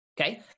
okay